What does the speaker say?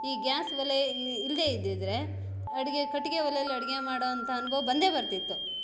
ಈ ಗ್ಯಾಸ್ ಒಲೆ ಇಲ್ಲಿ ಇಲ್ಲದೆ ಇದ್ದಿದ್ದರೆ ಅಡುಗೆ ಕಟ್ಟಿಗೆ ಒಲೇಲಿ ಅಡುಗೆ ಮಾಡುವಂತ ಅನುಭವ ಬಂದೇ ಬರುತ್ತಿತ್ತು